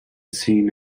seen